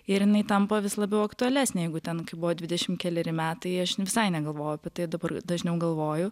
ir jinai tampa vis labiau aktualesnė jeigu ten buvo dvidešim keleri metai aš visai negalvojau apie tai o dabar dažniau galvoju